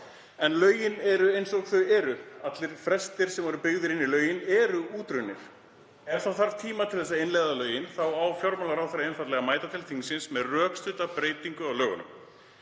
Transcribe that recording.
En lögin eru eins og þau eru. Allir frestir sem voru byggðir inn í lögin eru útrunnir. Ef það þarf tíma til að innleiða lögin þá á fjármálaráðherra einfaldlega að mæta til þingsins með rökstudda breytingu á lögunum.